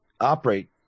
operate